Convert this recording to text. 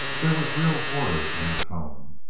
there was real horror in her tone.